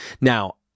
Now